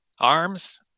arms